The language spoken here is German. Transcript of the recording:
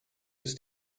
ist